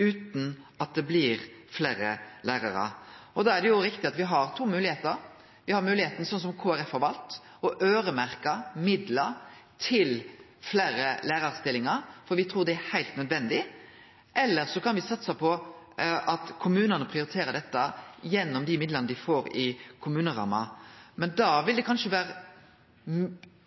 utan at det blir fleire lærarar. Da er det riktig at vi har to moglegheiter. Me har moglegheit til, slik som Kristeleg Folkeparti har valt, å øyremerke midlar til fleire lærarstillingar, for me trur det er heilt nødvendig. Eller me kan satse på at kommunane prioriterer dette gjennom dei midlane dei får i kommuneramma, men da vil det kanskje vere